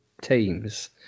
teams